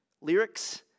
lyrics